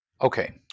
Okay